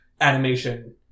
animation